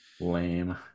lame